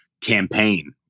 campaign